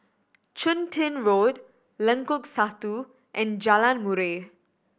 Chun Tin Road Lengkok Satu and Jalan Murai